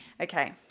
Okay